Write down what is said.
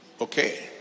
okay